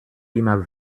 immer